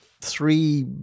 three